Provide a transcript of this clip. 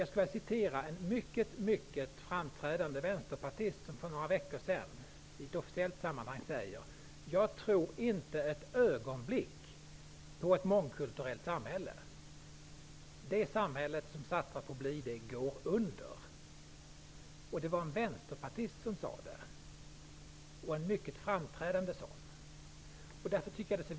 Jag skulle vilja citera en mycket framträdande vänsterpartist som i ett officiellt sammanhang för några veckor sedan sade: Jag tror inte ett ögonblick på ett mångkulturellt samhälle. Det samhälle som satsar på att bli det går under. Det var alltså en vänsterpartist som sade detta, och en mycket framträdande sådan.